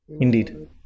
Indeed